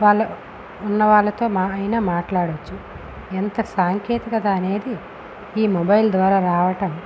వాళ్ల ఉన్న వాళ్లతో మా అయినా మాట్లాడొచ్చు ఎంత సాంకేతికత అనేది ఈ మొబైల్ ద్వారా రావటం